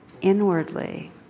inwardly